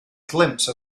glimpse